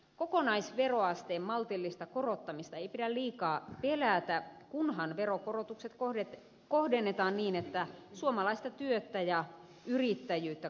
kokonaisveroasteen maltillista korottamista ei pidä liikaa pelätä kunhan veronkorotukset kohdennetaan niin että suomalaista työtä ja yrittäjyyttä kannustetaan